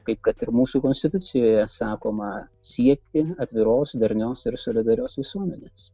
kaip kad ir mūsų konstitucijoje sakoma siekti atviros darnios ir solidarios visuomenės